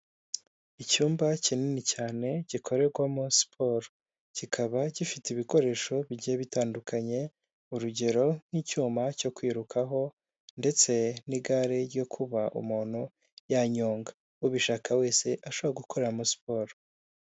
Icyumba kinini cyane gikorerwamo siporo kikaba gifite ibikoresho bigiye bitandukanye, urugero nk'icyuma cyo kwirukaho ndetse n'igare ryo kuba umuntu yanyonga ubishaka wese ashobora gukoreramo siporo.